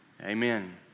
amen